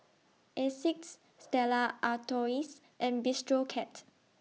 Asics Stella Artois and Bistro Cat